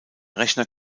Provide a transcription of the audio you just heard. rechner